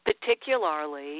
particularly